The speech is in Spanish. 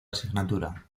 asignatura